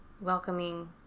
welcoming